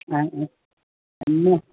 नहि